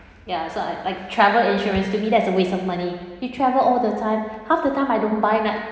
ya so I like travel insurance to me that's a waste of money you travel all the time half the time I don't buy that